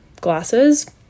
glasses